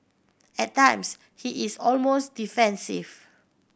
at times he is almost defensive